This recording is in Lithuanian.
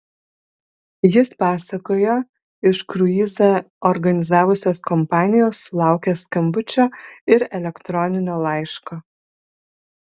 jis pasakojo iš kruizą organizavusios kompanijos sulaukęs skambučio ir elektroninio laiško